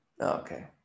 Okay